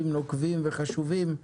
נוקבים וחשובים,